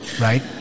right